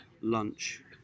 lunch